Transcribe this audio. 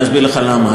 ואסביר לך למה.